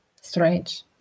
strange